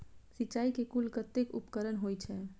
सिंचाई के कुल कतेक उपकरण होई छै?